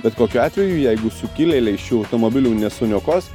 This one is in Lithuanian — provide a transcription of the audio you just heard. bet kokiu atveju jeigu sukilėliai šių automobilių nesuniokos